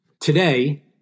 Today